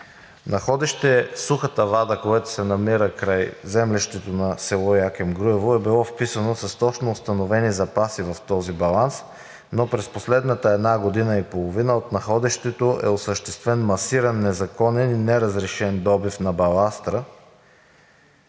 Находище „Сухата вада“, което се намира край землището на село Йоаким Груево, е било вписано с точно установени запаси в този баланс, но през последната година и половина от находището е осъществен масиран незаконен и неразрешен добив на баластра,